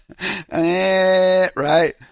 right